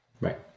Right